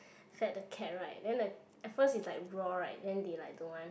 fed the cat right then the at first it's like raw right then they like don't want